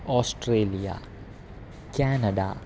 Australia Canada